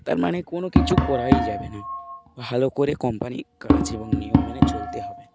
তার মানে কোনো কিছু করাই যাবে না ভালো করে কোম্পানির কাজ এবং নিয়ম মেনে চলতে হবে